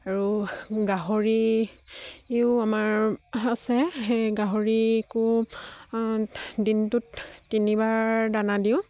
আৰু গাহৰিও আমাৰ আছে সেই গাহৰিকো দিনটোত তিনিবাৰ দানা দিওঁ